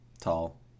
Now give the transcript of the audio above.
Tall